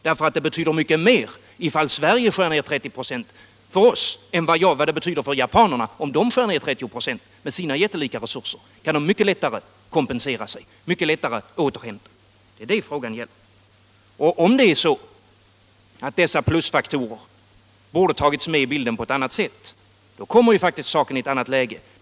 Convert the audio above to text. Det betyder för oss mycket mer om vi skär ned med 30 96 än vad det betyder för japanerna med deras jättelika resurser om de skär ned med 30 96. De kan mycket lättare kompensera sig. Det är det frågan gäller. Om det är så att dessa plusfaktorer borde ha tagits med i bilden på ett annat sätt, kommer ju faktiskt saken i ett ändrat läge.